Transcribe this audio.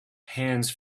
hands